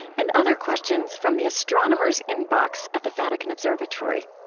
and other questions from the astronomers' inbox at the vatican observatory